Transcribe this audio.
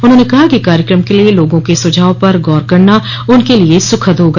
उन्होंने कहा कि कार्यक्रम के लिए लोगों के सुझाव पर गौर करना उनके लिए सुखद होगा